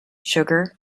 sugar